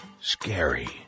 scary